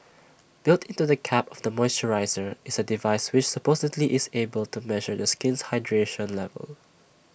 built into the cap of the moisturiser is A device which supposedly is able to measure the skin's hydration levels